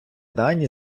дані